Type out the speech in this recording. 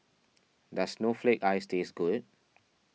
does Snowflake Ice taste good